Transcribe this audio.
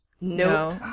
Nope